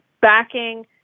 backing